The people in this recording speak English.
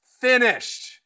finished